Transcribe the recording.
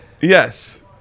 Yes